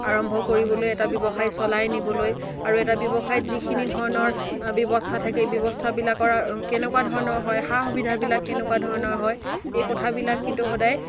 আৰম্ভ কৰিবলৈ এটা ব্যৱসায় চলাই নিবলৈ আৰু এটা ব্যৱসায়ত যিখিনি ধৰণৰ ব্যৱস্থা থাকে এই ব্যৱস্থাবিলাকৰ কেনেকুৱা ধৰণৰ হয় সা সুবিধাবিলাক কেনেকুৱা ধৰণৰ হয় এই কথাবিলাক কিন্তু সদায়